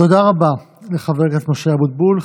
תודה רבה לחבר הכנסת משה אבוטבול.